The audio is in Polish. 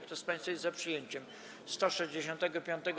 Kto z państwa jest za przyjęciem 168.